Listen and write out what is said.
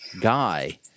guy